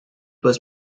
was